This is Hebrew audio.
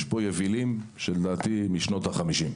יש פה מבנים יבילים שלדעתי הם משנות ה-50.